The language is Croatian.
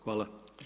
Hvala.